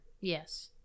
Yes